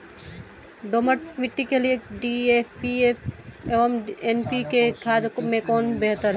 दोमट मिट्टी के लिए डी.ए.पी एवं एन.पी.के खाद में कौन बेहतर है?